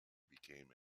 became